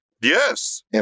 Yes